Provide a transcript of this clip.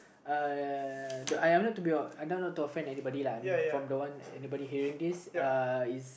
uh I'm not to be I'm not to offend anybody lah I mean from the one anybody hearing this uh is